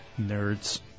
Nerds